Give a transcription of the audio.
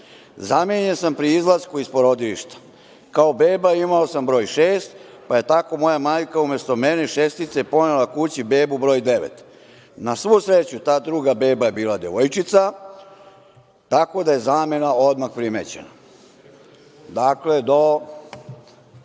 zamenjen sam pri izlasku iz porodilišta. Kao beba imao sam broj šest, pa je tako moja majka umesto mene šestice, ponela kući bebu broj devet. Na svu sreću, ta druga beba je bila devojčica, tako da je zamena odmah primećena. Dakle,